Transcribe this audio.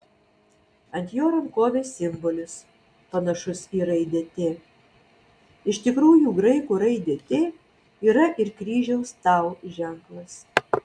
ant jo rankovės simbolis panašus į raidę t iš tikrųjų graikų raidė t yra ir kryžiaus tau ženklas